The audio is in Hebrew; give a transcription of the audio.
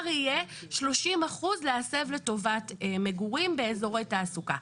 יהיה 30% להסב לטובת מגורים ואזורי תעסוקה.